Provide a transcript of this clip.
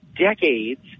decades